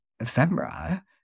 ephemera